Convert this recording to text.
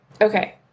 okay